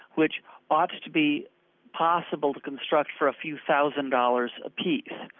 which opts to be possible to construct for a few thousand dollars apiece.